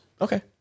Okay